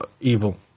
evil